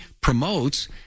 promotes